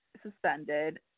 suspended